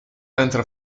entra